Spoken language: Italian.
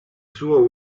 suo